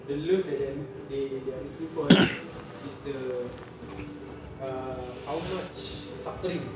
the love that they are look~ they they are looking for kan is the err how much suffering